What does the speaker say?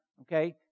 okay